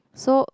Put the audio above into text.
so